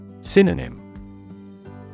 Synonym